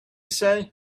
say